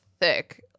thick